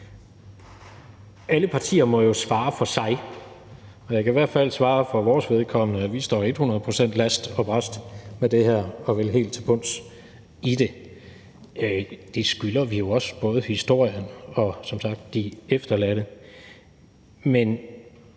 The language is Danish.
Alle partier må jo svare for sig. Jeg kan i hvert fald for vores vedkommende svare, at vi står hundrede procent last og brast og vil helt til bunds i det. Det skylder vi jo også både historien og de efterladte. Men